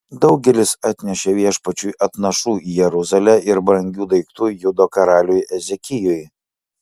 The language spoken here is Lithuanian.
daugelis atnešė viešpačiui atnašų į jeruzalę ir brangių daiktų judo karaliui ezekijui